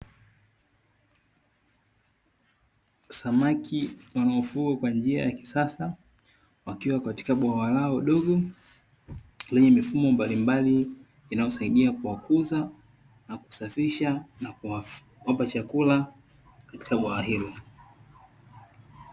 Samaki wanaofugwa kwa njia ya kisasa wakiwa katika bwawa lao dogo lenye mifumo mbalimbali inayowasaidia kuwakuza na kusafisha na kuwapa chakula katika bwawa hilo.